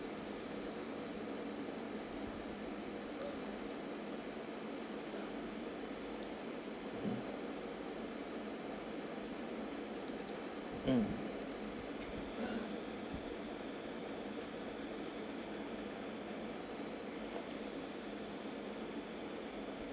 mm